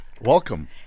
Welcome